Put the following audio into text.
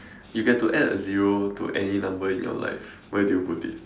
you get to add a zero to any number in your life where do you put it